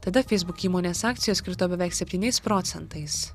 tada facebook įmonės akcijos krito beveik septyniais procentais